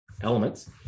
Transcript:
elements